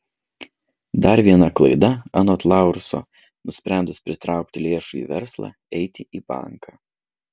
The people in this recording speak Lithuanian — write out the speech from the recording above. dar viena klaida anot laurso nusprendus pritraukti lėšų į verslą eiti į banką